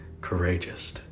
courageous